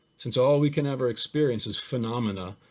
since all we can ever experience is phenomena,